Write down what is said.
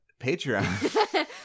patreon